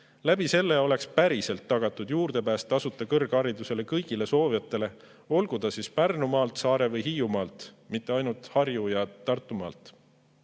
abil oleks päriselt tagatud juurdepääs tasuta kõrgharidusele kõigile soovijatele, olgu nad siis Pärnumaalt, Saare- või Hiiumaalt, mitte ainult Harju- ja Tartumaalt,